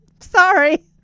Sorry